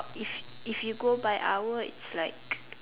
if if you go by hour it's like